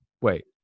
Wait